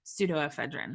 pseudoephedrine